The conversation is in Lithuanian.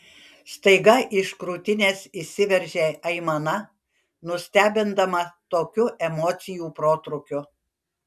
staiga iš krūtinės išsiveržė aimana nustebindama tokiu emocijų protrūkiu